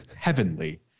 heavenly